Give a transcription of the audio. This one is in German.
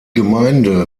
gemeinde